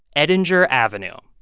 edinger avenue,